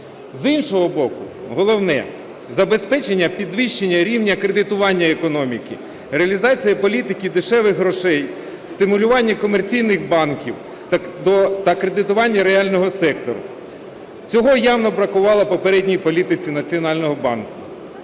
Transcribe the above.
З іншого боку, головне – забезпечення підвищення рівня кредитування економіки, реалізація політики дешевих грошей, стимулювання комерційних банків та кредитування реального сектору. Цього явно бракувало попередній політиці Національного банку.